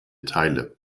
teile